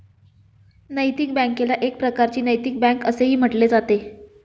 नैतिक बँकेला एक प्रकारची नैतिक बँक असेही म्हटले जाते